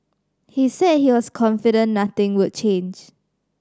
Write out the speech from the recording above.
he said he was confident nothing would change